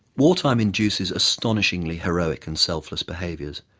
wartime induces astonishingly heroic and selfless behaviours,